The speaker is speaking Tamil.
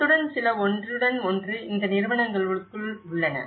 அத்துடன் சில ஒன்றுடன் ஒன்று இந்த நிறுவனங்களுக்குள் உள்ளன